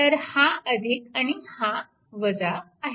तर हा आणि हा आहे